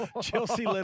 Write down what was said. Chelsea